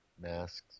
masks